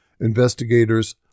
Investigators